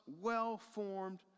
well-formed